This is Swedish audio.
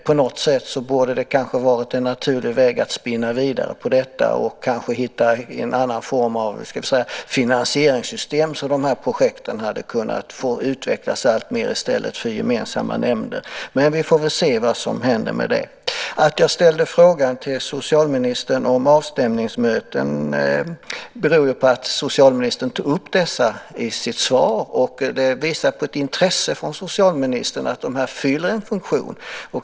På något sätt borde det kanske ha varit en naturlig väg att spinna vidare på detta och kanske hitta en annan form av finansieringssystem så att de här projekten hade kunnat få utvecklas alltmer i stället för gemensamma nämnder. Men vi får väl se vad som händer med det. Att jag ställde frågan om avstämningsmöten till socialministern beror på att socialministern tog upp dessa i sitt svar. Det visar på ett intresse från socialministern och att dessa fyller en funktion.